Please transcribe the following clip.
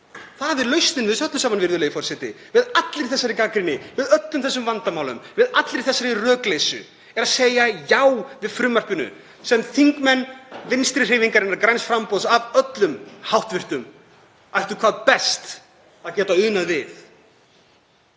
Það er lausnin á þessu öllu saman, virðulegi forseti, allri þessari gagnrýni, öllum þessum vandamálum, allri þessari rökleysu, að segja já við frumvarpinu sem þingmenn Vinstrihreyfingarinnar – græns framboðs af öllum háttvirtum ættu hvað best að geta unað við.